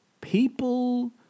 People